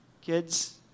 kids